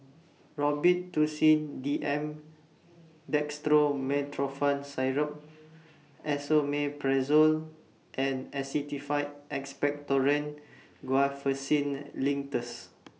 Robitussin D M Dextromethorphan Syrup Esomeprazole and Actified Expectorant Guaiphenesin Linctus